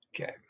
Okay